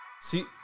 See